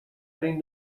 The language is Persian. این